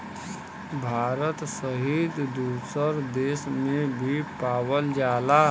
भारत सहित दुसर देस में भी पावल जाला